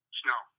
snow